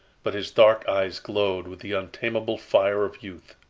but his dark eyes glowed with the untamable fire of youth.